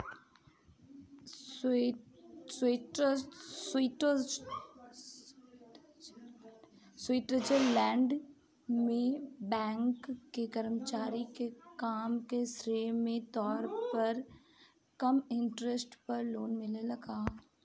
Switzerland में bank के कर्मचारी के काम के श्रेय के तौर पर कम इंटरेस्ट पर लोन मिलेला का?